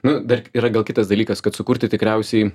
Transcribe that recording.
nu dar yra gal kitas dalykas kad sukurti tikriausiai